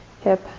hip